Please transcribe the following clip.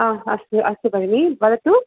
हा अस्त् अस्तु भगिनि वदतु